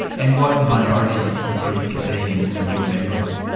and what minority group is he and and you a member of?